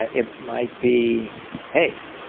ah it might be hey,